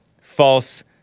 false